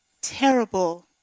terrible